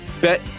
Bet